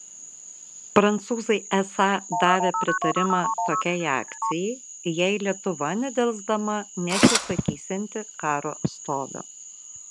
prancūzai esą davė pritarimą tokiai akcijai jei lietuva nedelsdama neatsisakysianti karo stovio